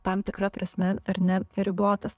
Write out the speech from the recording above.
tam tikra prasme ar ne ribotas